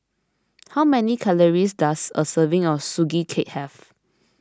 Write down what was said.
how many calories does a serving of Sugee Cake have